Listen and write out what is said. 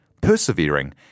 persevering